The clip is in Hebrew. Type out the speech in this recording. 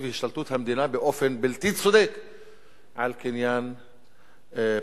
והשתלטות המדינה באופן בלתי צודק על קניין פרטי.